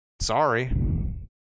Sorry